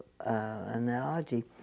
analogy